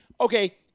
okay